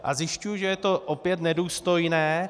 A zjišťuji, že je to opět nedůstojné.